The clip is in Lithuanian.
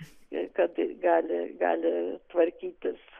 ir kad gali gali tvarkytis